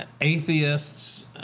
atheists